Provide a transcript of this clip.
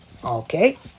Okay